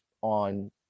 on